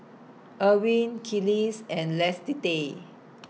Erwin Kelis and Lissette